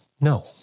No